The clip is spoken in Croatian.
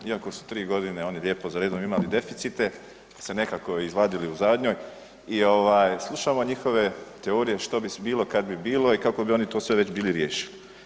Iako su tri godine oni lijepo za redom imali deficite de nekako izvadili u zadnjoj i slušamo njihove teorije što bi bilo kad bi bilo i kako bi oni to sve već bili riješili.